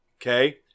okay